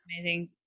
amazing